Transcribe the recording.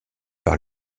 par